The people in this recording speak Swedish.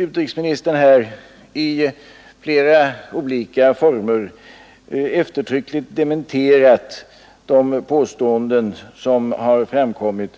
Utrikesministern har nu i flera olika former eftertryckligt dementerat de påståenden som har framkommit